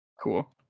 Cool